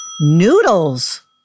noodles